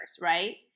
Right